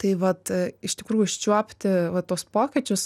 tai vat iš tikrųjų užčiuopti va tuos pokyčius